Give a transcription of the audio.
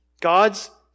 God's